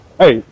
hey